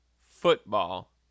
football